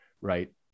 right